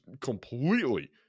completely